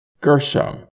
Gershom